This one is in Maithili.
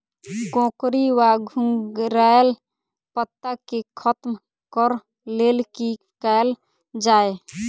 कोकरी वा घुंघरैल पत्ता केँ खत्म कऽर लेल की कैल जाय?